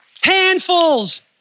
handfuls